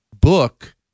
book